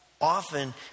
often